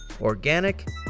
organic